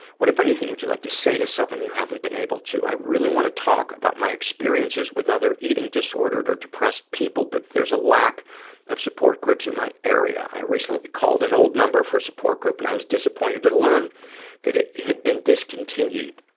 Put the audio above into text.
what, if anything, would you like to say to someone you haven't been able to? i really want to talk about my experiences with other eating disordered or depressed people, but there's a lack of support groups in my area. i recently called an old number for a support group and i was disappointed to to learn that it had been discontinued.